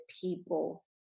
people